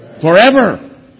forever